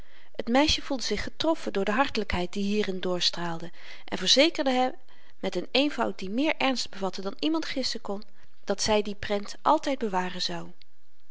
het meisje voelde zich getroffen door de hartelykheid die hierin doorstraalde en verzekerde met n eenvoud die meer ernst bevatte dan iemand gissen kon dat ze die prent altyd bewaren zou